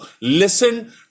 listen